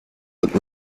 put